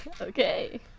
Okay